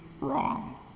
wrong